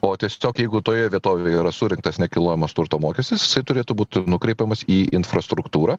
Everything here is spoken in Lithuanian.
o tiesiog jeigu toje vietovėje yra surinktas nekilnojamas turto mokestis jisai turėtų būt nukreipiamas į infrastruktūrą